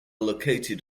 located